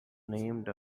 named